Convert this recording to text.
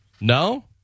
No